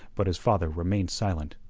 but his father remained silent.